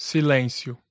Silêncio